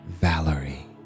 Valerie